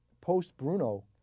post-Bruno